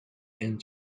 and